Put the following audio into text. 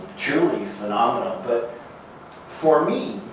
truly phenomenal. but for me,